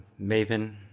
maven